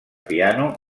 piano